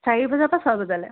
চাৰি বজাৰ পা ছয় বজালৈ